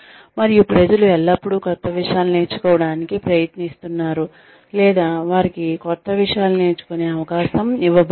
మరియు ప్రజలు ఎల్లప్పుడూ క్రొత్త విషయాలను నేర్చుకోవడానికి ప్రయత్నిస్తున్నారు లేదా వారికి క్రొత్త విషయాలు నేర్చుకునే అవకాశం ఇవ్వబడుతుంది